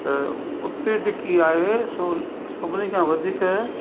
त उते जेकी आहे सो सभिनी खां वधीक